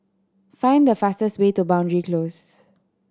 find the fastest way to Boundary Close